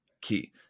key